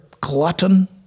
glutton